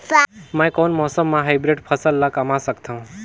मै कोन मौसम म हाईब्रिड फसल कमा सकथव?